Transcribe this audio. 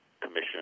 commission